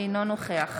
אינו נוכח